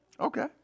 Okay